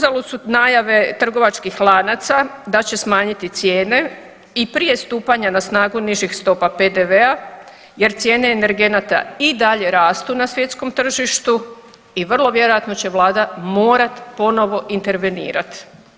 Uzalud su najave trgovačkih lanaca da će smanjiti cijene i prije stupanja na snagu nižih stopa PDV-a jer cijene energenata i dalje rastu na svjetskom tržištu i vrlo vjerojatno će Vlada morati ponovo intervenirati.